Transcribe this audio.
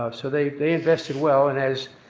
ah so they they invested well, and as